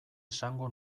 esango